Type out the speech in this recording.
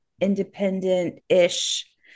independent-ish